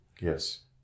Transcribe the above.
Yes